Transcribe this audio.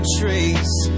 trace